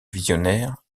visionnaire